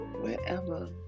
wherever